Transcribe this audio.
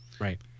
Right